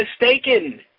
mistaken